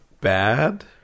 bad